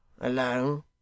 alone